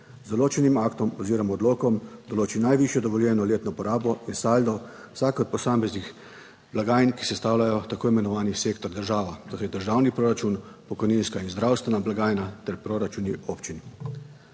z določenim aktom oziroma odlokom določi najvišjo dovoljeno letno porabo in saldo vsak od posameznih blagajn, ki sestavljajo tako imenovani sektor država, to je državni proračun, pokojninska in zdravstvena blagajna ter proračuni občin.